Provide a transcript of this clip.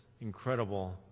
incredible